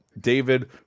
David